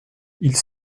ils